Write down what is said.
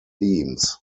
themes